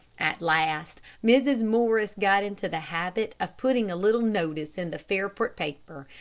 at last, mrs. morris got into the habit of putting a little notice in the fairport paper,